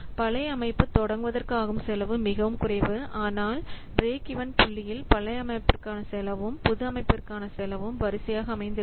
பழைய அமைப்பு தொடர்வதற்கு ஆகும் செலவு மிகவும் குறைவு ஆனால் பிரேக் ஈவன் புள்ளியல் பழைய அமைப்பிற்கான செலவும் புது அமைப்பிற்கான செலவும் வரிசையாக அமைந்திருக்கும்